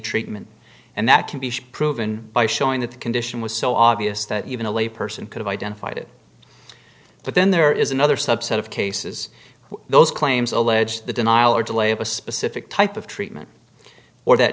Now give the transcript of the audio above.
treatment and that can be proven by showing that the condition was so obvious that even a layperson could have identified it but then there is another subset of cases those claims allege the denial or delay of a specific type of treatment or that